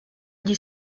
gli